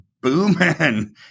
booming